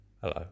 Hello